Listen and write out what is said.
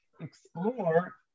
explore